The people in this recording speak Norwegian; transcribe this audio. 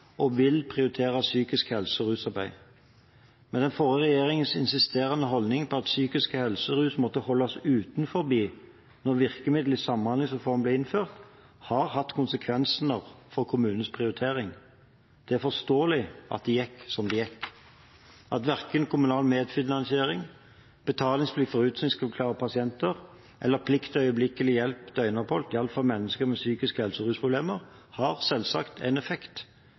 og vil prioritere psykisk helse og rusarbeid. Men den forrige regjeringens insisterende holdning om at psykisk helse og rus måtte holdes utenfor da virkemidlene i samhandlingsreformen ble innført, har hatt konsekvenser for kommunenes prioriteringer. Det er forståelig at det gikk som det gikk. At verken kommunal medfinansiering, betalingsplikt for utskrivningsklare pasienter eller plikt til øyeblikkelig hjelp døgnopphold gjaldt for mennesker med psykisk helse- og rusproblemer, har selvsagt en effekt.